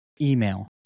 email